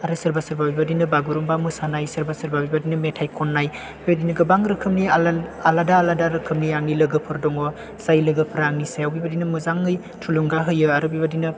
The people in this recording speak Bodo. आरो सोरबा सोरबा बेबायदिनो बागुरुमबा मोसानाय सोरबा सोरबा बेबायदिनो मेथाइ खननाय बेबायदिनो गोबां रोखोमनि आलादा आलादा आलादा आलादा रोखोमनि आंनि लोगोफोर दङ जाय लोगोफ्रा बेबायदिनो आंनि सायाव बेबायदिनो मोजाङै थुलुंगा होयो आरो बेबादिनो